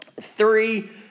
three